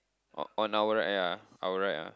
on on our right ah our right ah